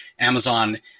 Amazon